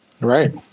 Right